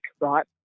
right